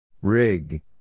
Rig